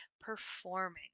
performing